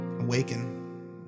Awaken